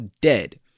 dead